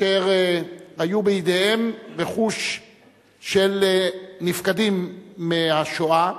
אשר היו בידיהם רכוש של נפקדים מהשואה